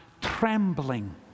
trembling